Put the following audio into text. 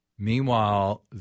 Meanwhile